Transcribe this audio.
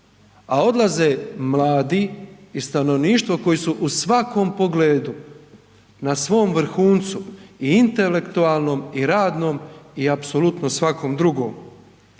a odlaze mladi i stanovništvo koji su u svakom pogledu na svom vrhuncu i intelektualnom i radnom i apsolutno svakom drugom.